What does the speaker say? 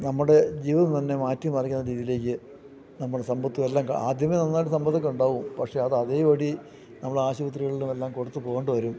നമ്മുടെ ജീവിതം തന്നെ മാറ്റി മാറിക്കുന്ന രീതിയിലേക്ക് നമ്മുടെ സമ്പത് എല്ലാം ആദ്യമേ നന്നായിട്ട് സമ്പത്തെക്കെ ഉണ്ടാവും പക്ഷേ അത് അതേ പടി നമ്മളെ ആശുപത്രികളിലും എല്ലാം കൊടുത്ത് പോകണ്ടി വരും